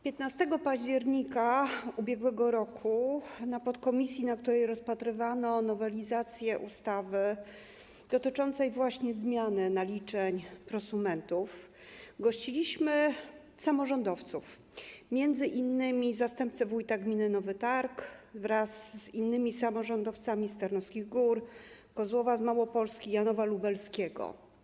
15 października ub.r. na posiedzeniu podkomisji, na którym rozpatrywano nowelizację ustawy dotyczącej właśnie zmiany naliczeń prosumentów, gościliśmy samorządowców, m.in. zastępcę wójta gminy Nowy Targ wraz z innymi samorządowcami z Tarnowskich Gór, Kozłowa z Małopolski, Janowa Lubelskiego.